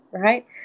right